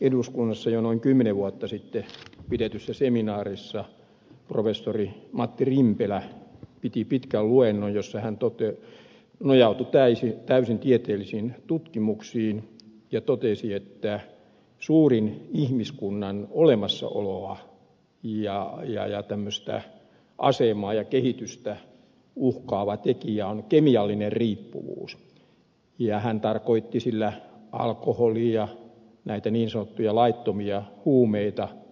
eduskunnassa jo noin kymmenen vuotta sitten pidetyssä seminaarissa professori matti rimpelä piti pitkän luennon jossa hän nojautui täysin tieteellisiin tutkimuksiin ja totesi että suurin ihmiskunnan olemassaoloa ja asemaa ja kehitystä uhkaava tekijä on kemiallinen riippuvuus ja hän tarkoitti sillä alkoholia näitä niin sanottuja laittomia huumeita ja mielialalääkkeitä